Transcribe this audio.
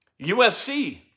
USC